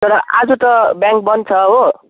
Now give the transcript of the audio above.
तर आज त ब्याङ्क बन्द छ हो